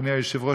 אדוני היושב-ראש,